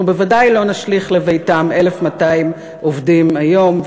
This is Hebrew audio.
אנחנו בוודאי לא נשליך לביתם 1,200 עובדים היום,